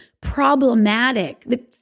problematic